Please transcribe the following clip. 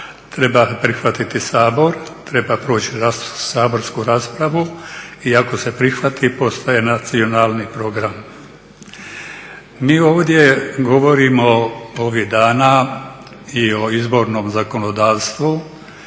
treba prihvatiti Sabor, treba proći saborsku raspravu i ako se prihvati postaje nacionalni program. Mi ovdje govorimo ovih dana i o izbornom zakonodavstvu,